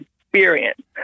experience